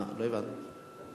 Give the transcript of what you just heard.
צריך לשאול את המציעים קודם.